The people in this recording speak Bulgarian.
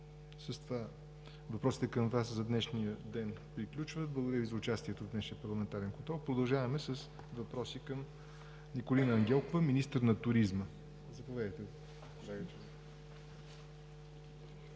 С това въпросите към Вас в днешния ден приключват. Благодаря Ви за участието в днешния парламентарен контрол. Продължаваме с въпроси към Николина Ангелкова, министър на туризма. ПРЕДСЕДАТЕЛ